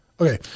Okay